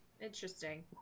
interesting